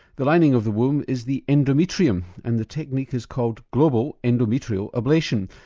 the lining of the womb is the endometrium and the technique is called global endometrial ablation,